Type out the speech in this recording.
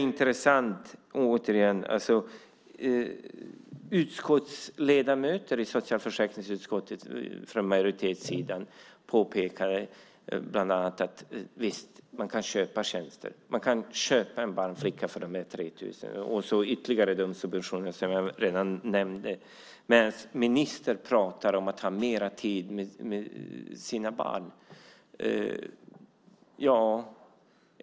Utskottsledamöter från majoritetssidan i socialförsäkringsutskottet påpekade bland annat att man kan köpa tjänster. Man kan köpa en barnflicka för de här 3 000 och de ytterligare subventioner som jag redan nämnt. Men ministern pratar om att ha mer tid med sina barn.